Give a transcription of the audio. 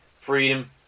freedom